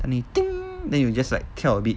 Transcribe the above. and it ting then you just like 跳 a bit